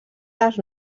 les